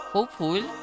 Hopeful